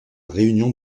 réunion